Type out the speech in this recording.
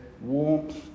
warmth